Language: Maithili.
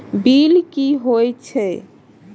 बील की हौए छै?